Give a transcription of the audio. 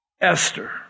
Esther